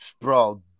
Bro